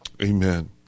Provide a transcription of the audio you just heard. Amen